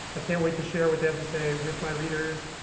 i can't wait to share what they have to say with my readers.